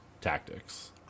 tactics